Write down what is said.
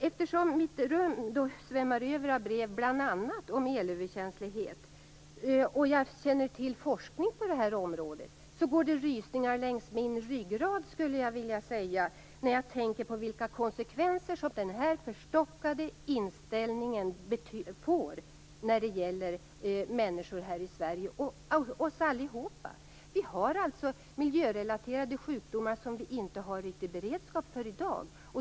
Eftersom mitt rum svämmar över av brev, bl.a. om elöverkänslighet, och jag känner till forskning på detta område går det rysningar längs min ryggrad, skulle jag vilja säga, när jag tänker på vilka konsekvenser som denna förstockade inställning får för människor här i Sverige. Vi har alltså miljörelaterade sjukdomar som vi inte har riktig beredskap för i dag.